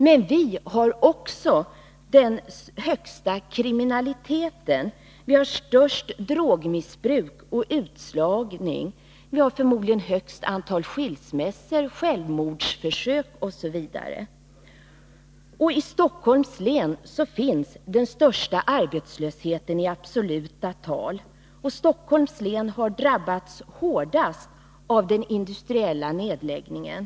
Men vi har också den högsta kriminaliteten, det största drogmissbruket och den värsta utslagningen. Vi har förmodligen också det största antalet skilsmässor, självmordsförsök osv. I Stockholms län finns den största arbetslösheten i absoluta tal. Stockholms län har drabbats hårdast av den industriella nedläggningen.